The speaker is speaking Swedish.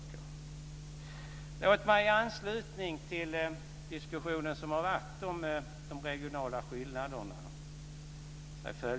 Låt mig säga något i anslutning till diskussionen som har varit om de regionala skillnaderna.